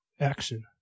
Action